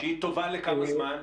שהיא טובה לכמה זמן?